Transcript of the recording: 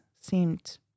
seemed